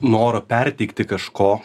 noro perteikti kažko